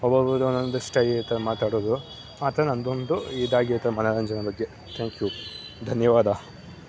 ಒಬ್ಬೊಬ್ರದ್ದು ಒಂದೊಂದು ಸ್ಟೈಲ್ ಇರ್ತದೆ ಮಾತಾಡೋದು ಆ ಥರ ನನ್ನದೊಂದು ಇದಾಗಿರುತ್ತದೆ ಮನೋರಂಜನೆ ಬಗ್ಗೆ ಥ್ಯಾಂಕ್ ಯು ಧನ್ಯವಾದ